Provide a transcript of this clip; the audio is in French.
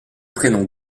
prénom